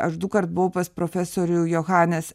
aš dukart buvau pas profesorių johanes